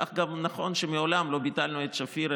כך גם נכון שמעולם לא ביטלנו את שפיר,